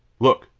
look!